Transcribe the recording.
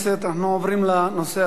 אנחנו עוברים לנושא הבא,